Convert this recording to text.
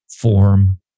form